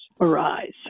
arise